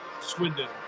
Swindon